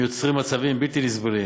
שיוצרים מצבים בלתי נסבלים.